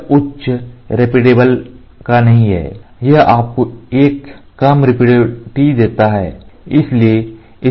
यह उच्च रिपीटेबल का नहीं है या यह आपको एक कम रिपीटेबिलिटी देता है